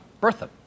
Bertha